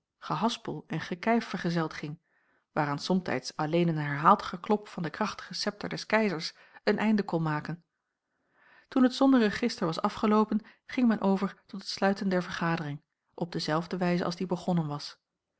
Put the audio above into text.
gehaspel en gekijf vergezeld ging waaraan somtijds alleen een herhaald geklop van den krachtigen septer des keizers een einde kon maken toen het zonderegister was afgeloopen ging men over tot het sluiten der vergadering op dezelfde wijze als die begonnen was